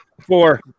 Four